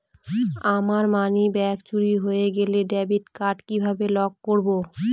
আমার মানিব্যাগ চুরি হয়ে গেলে ডেবিট কার্ড কিভাবে লক করব?